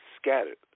scattered